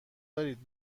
دارید